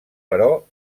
però